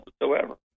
whatsoever